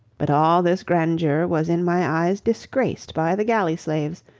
but all this grandeur was in my eyes disgraced by the galley slaves,